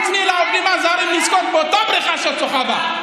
תיתני לעובדים הזרים לשחות באותה בריכה שאת שוחה בה,